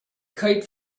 kite